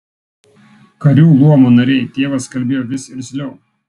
karių luomo nariai tėvas kalbėjo vis irzliau